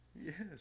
Yes